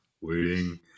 waiting